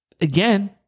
again